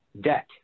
debt